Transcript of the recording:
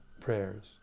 prayers